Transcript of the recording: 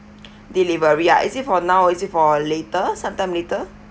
delivery ah is it for now is it for later sometime later